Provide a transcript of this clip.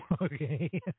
Okay